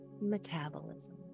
metabolism